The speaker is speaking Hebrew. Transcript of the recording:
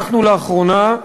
אנחנו לאחרונה,